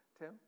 Tim